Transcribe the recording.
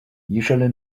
usually